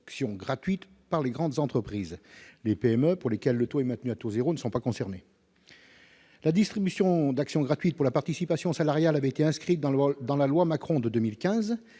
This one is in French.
gratuites pour les grandes entreprises. Les PME, pour lesquelles ce taux est maintenu à zéro, ne sont pas concernées. La distribution d'actions gratuites au titre de la participation salariale avait été inscrite dans la loi Macron de 2015.